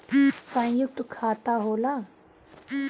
सयुक्त खाता का होला?